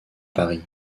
paris